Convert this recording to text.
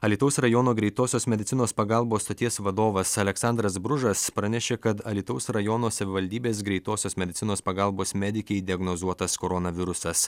alytaus rajono greitosios medicinos pagalbos stoties vadovas aleksandras bružas pranešė kad alytaus rajono savivaldybės greitosios medicinos pagalbos medikei diagnozuotas koronavirusas